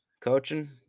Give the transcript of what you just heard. Coaching